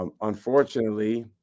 Unfortunately